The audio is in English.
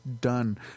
done